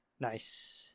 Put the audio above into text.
Nice